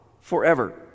forever